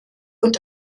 und